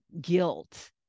guilt